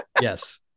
Yes